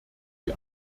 die